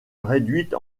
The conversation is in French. réduite